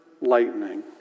lightning